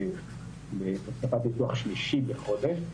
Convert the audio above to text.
להוספת ניתוח שלישי בחודש.